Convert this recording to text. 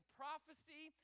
prophecy